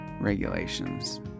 regulations